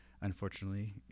unfortunately